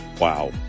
wow